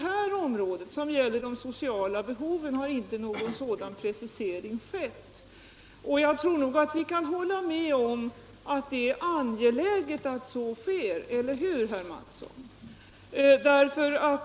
I fråga om de sociala behoven har däremot inte någon sådan precisering gjorts, och jag tror att herr Mattsson kan hålla med om att det är angeläget att så sker, eller hur?